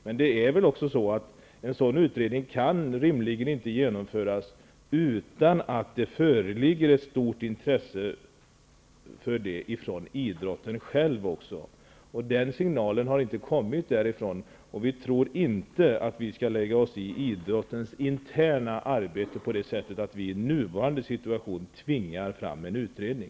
En sådan utredning kan rimligen inte genomföras utan att det föreligger ett stort intresse för det från idrotten själv. Den signalen har inte kommit därifrån. Vi tror inte att vi skall lägga oss i idrottens interna arbete på det sättet att vi i nuvarande situation tvingar fram en utredning.